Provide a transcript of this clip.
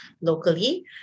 locally